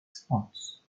spots